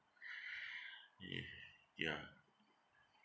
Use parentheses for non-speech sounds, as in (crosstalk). (breath) ye~ yeah